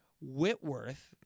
Whitworth